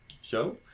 show